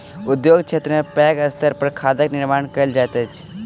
उद्योग क्षेत्र में पैघ स्तर पर खादक निर्माण कयल जाइत अछि